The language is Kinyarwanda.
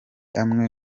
amwe